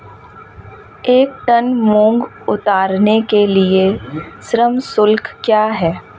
एक टन मूंग उतारने के लिए श्रम शुल्क क्या है?